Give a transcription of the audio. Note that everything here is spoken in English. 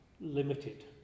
limited